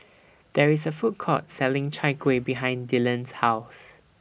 There IS A Food Court Selling Chai Kueh behind Dyllan's House